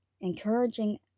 Encouraging